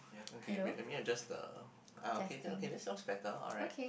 okay wait let me adjust the ah okay that okay that sounds better alright